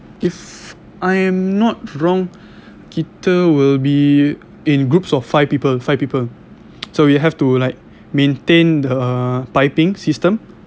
if I'm not wrong kita will be in groups of five people five people so you have to like maintain the piping system